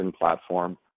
platform